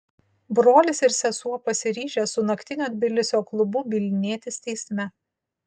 brolis ir sesuo pasiryžę su naktinio tbilisio klubu bylinėtis teisme